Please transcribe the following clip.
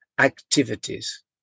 activities